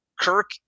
Kirk